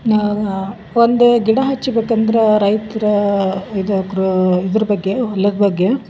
ನಾವಾ ಒಂದು ಗಿಡ ಹಚ್ಬೇಕಂದ್ರೆ ರೈತರ ಇದು ಕ್ರು ಇದರ ಬಗ್ಗೆ ಹೊಲದ ಬಗ್ಗೆ